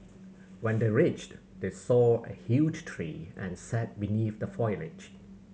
when they reached they saw a huge tree and sat beneath the foliage